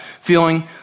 feeling